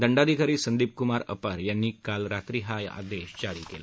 दंडाधिकारी संदिपकुमार अपार यांनी काल रात्री हा आदेश जारी केला